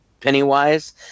Pennywise